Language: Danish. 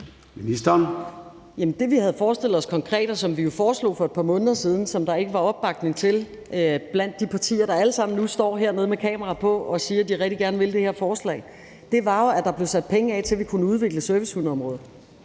konkret havde forestillet os, som vi jo foreslog for et par måneder siden, og som der ikke var opbakning til blandt de partier, der alle sammen nu står hernede med kamera på og siger, at de rigtig gerne vil det her forslag, var jo, at der blev sat penge af til, at vi kunne udvikle servicehundeområdet.